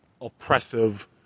oppressive